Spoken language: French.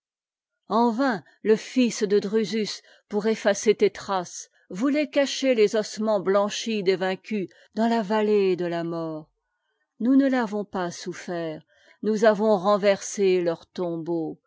en vain e fils dé drusus pdur effacer tes'traces voûtait cacher tes ossements mahchis des vaincus'dans là vat tée de a mort nous ne t'avons pas souffert nous avons renversé leurs tombeaux